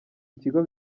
ikigo